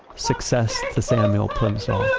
success to samuel plimsoll,